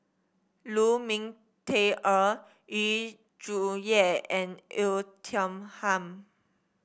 Lu Ming Teh Earl Yu Zhuye and Oei Tiong Ham